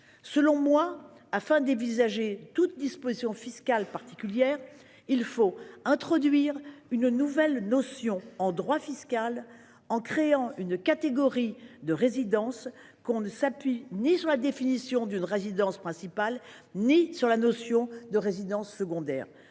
Avant d'envisager toute disposition fiscale particulière, il faut selon moi introduire une nouvelle notion en droit fiscal et créer une catégorie de résidence qui ne s'appuie ni sur la définition d'une résidence principale ni sur la notion de résidence secondaire.